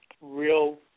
real